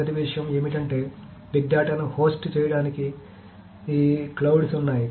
మొదటి విషయం ఏమిటంటే బిగ్ డేటాను హోస్ట్ చేయడానికి ఈ మేఘాలు ఉన్నాయి